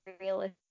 realistic